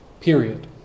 Period